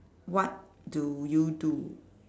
what do you do